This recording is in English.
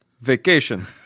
vacation